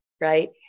right